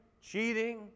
Cheating